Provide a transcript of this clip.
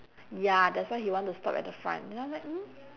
ya that's why he want to stop at the front then after that mm